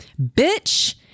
Bitch